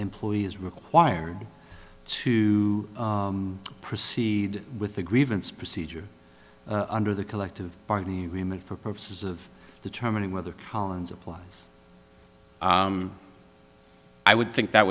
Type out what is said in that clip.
employee is required to proceed with the grievance procedure under the collective bargaining agreement for purposes of determining whether collins applies i would think that